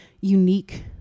unique